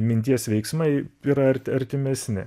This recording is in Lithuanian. minties veiksmai yra arti artimesni